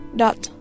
dot